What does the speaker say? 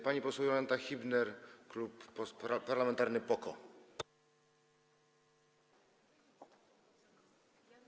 Pani poseł Jolanta Hibner, Klub Parlamentarny PO-KO.